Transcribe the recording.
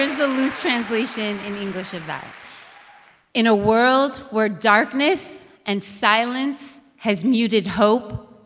the loose translation in english of that in a world where darkness and silence has muted hope,